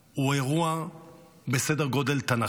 הוא אירוע בסדר גודל תנ"כי.